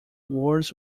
words